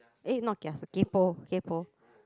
eh not kiasu kaypo kaypo